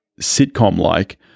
sitcom-like